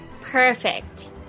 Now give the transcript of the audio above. Perfect